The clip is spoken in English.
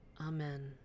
amen